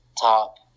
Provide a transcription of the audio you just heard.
top